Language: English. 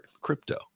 crypto